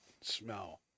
smell